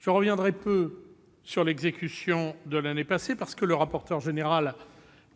Je reviendrai peu sur l'exécution de l'année passée, parce que le rapporteur général